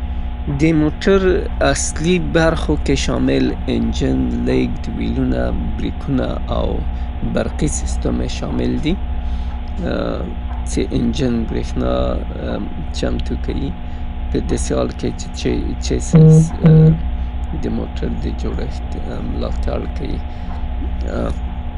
یو موټر په عمده توګه له څو برخو نه جوړ سویده لکه انجن ، همدارنګه ترانسمیشن، چوکاټ ، او د موټر ټیرونه، او همداراز بریکونه او څېراغونه پکې شامل دي.